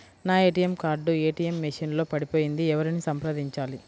నా ATM card ATM machine లో పడిపోయింది ఎవరిని సంప్రదించాలి?